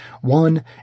One